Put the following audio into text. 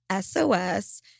SOS